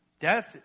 Death